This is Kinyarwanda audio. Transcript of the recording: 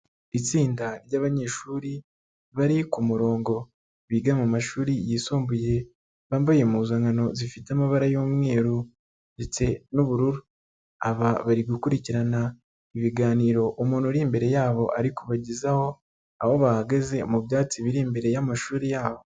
Itsinda ry'abanyeshuri bari ku murongo biga mu mashuri yisumbuye, bambaye impuzankano zifite amabara y'umweru ndetse n'ubururu. Aba bari gukurikirana ibiganiro umuntu uri imbere yabo ari kubagezaho, aho bahagaze mu byatsi biri imbere y'amashuri yabo.